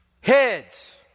heads